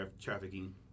trafficking